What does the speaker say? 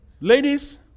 ladies